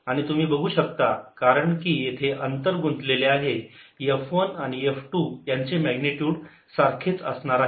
आणि तुम्ही बघू शकता कारण की येथे अंतर गुंतलेले आहे F1 आणि F2 यांचे मॅग्निट्युड सारखेच असणार आहे